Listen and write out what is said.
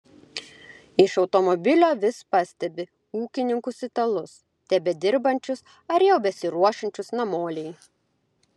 iš automobilio vis pastebi ūkininkus italus tebedirbančius ar jau besiruošiančius namolei